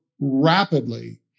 rapidly